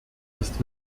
ist